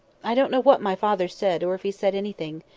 i don't know what my father said or if he said anything.